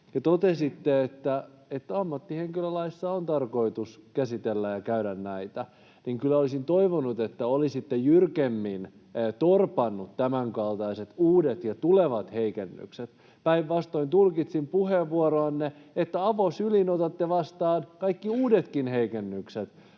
Te totesitte, että ammattihenkilölaissa on tarkoitus käsitellä ja käydä näitä läpi. Kyllä olisin toivonut, että olisitte jyrkemmin torpannut tämänkaltaiset uudet ja tulevat heikennykset. Päinvastoin tulkitsin puheenvuoroanne niin, että avosylin otatte vastaan kaikki uudetkin heikennykset